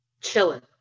chilling